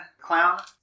clown